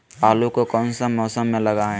आलू को कौन सा मौसम में लगाए?